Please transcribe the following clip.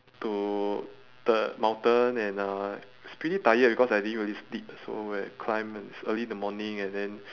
to the mountain and uh I was pretty tired because I didn't really sleep so when I climb it's early in the morning and then